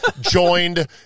joined